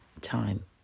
time